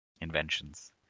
inventions